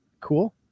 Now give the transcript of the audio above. Cool